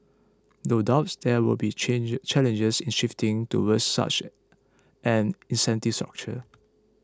no doubt there will be changes challenges in shifting towards such an incentive structure